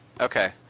Okay